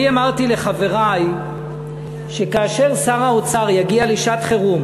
אני אמרתי לחברי שכאשר שר האוצר יגיע לשעת חירום